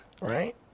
right